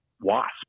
wasp